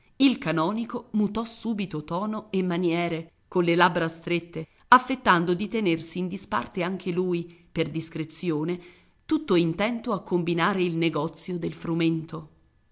il canonico mutò subito tono e maniere colle labbra strette affettando di tenersi in disparte anche lui per discrezione tutto intento a combinare il negozio del frumento